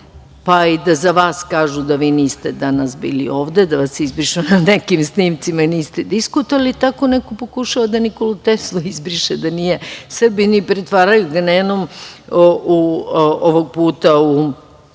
pa i da za vas kažu da vi niste danas bili ovde, da vas izbrišu na nekim snimcima, da niste diskutovali, tako neko pokušava da Nikolu Teslu izbriše da nije Srbin i pretvaraju ga ovog puta u